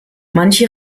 manche